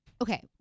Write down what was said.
okay